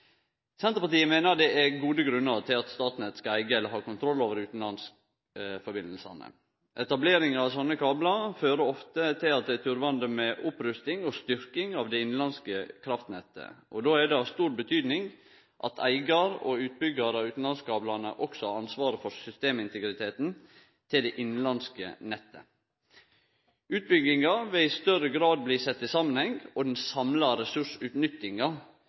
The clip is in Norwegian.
Senterpartiet meiner det er gode grunnar til at Statnett skal eige eller ha kontroll over utanlandsforbindelsane. Etablering av sånne kablar fører ofte til at det er turvande med opprusting og styrking av det innanlandske kraftnettet. Då er det av stor betydning at eigar og utbyggar av utanlandskablane også har ansvaret for systemintegriteten til det innanlandske nettet. Utbyggingar vil i større grad bli sett i samanheng, og den samla ressursutnyttinga